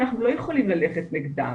אנחנו לא יכולים ללכת נגדם.